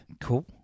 Cool